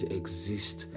exist